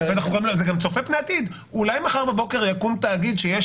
זה גם צופה פני עתיד: אולי מחר בבוקר יקום תאגיד שיש